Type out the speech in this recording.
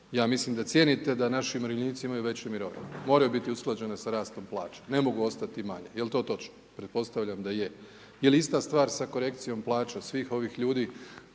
ja mislim da cijenite da naši umirovljenici imaju veće mirovine. Moraju biti usklađene sa rastom plaća, ne mogu ostati manje. Jel to točno? Pretpostavljam da je. Jel' ista stvar sa korekcijom plaća svih ovih ljudi